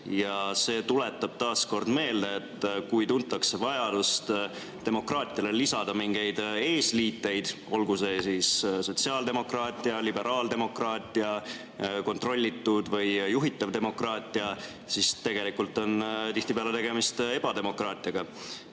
Ja see tuletab taas meelde, et kui tuntakse vajadust demokraatiale lisada mingeid eesliiteid, olgu sotsiaaldemokraatia, liberaaldemokraatia, kontrollitud või juhitav demokraatia, siis tegelikult on tihtipeale tegemist ebademokraatiaga.